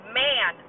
man